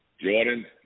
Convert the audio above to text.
Jordan